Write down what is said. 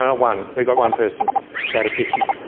ah one, we've got one person out of fifty.